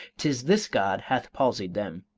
tis this god hath palsied them.